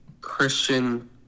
Christian